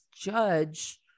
judge